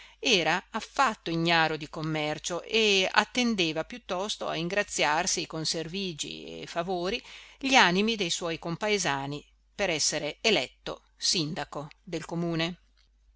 era affatto ignaro di commercio e attendeva piuttosto a ingraziarsi con servigi e favori gli animi dei suoi compaesani per essere eletto sindaco del comune